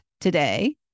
today